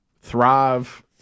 thrive